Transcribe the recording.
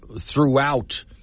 throughout